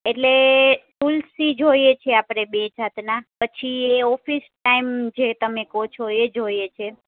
એટલે તુલસી જોઈએ છે આપણે બે જાતના પછી એ ઓફિસ ટાઈમ જે તમે કહો છો એ જોઈએ છે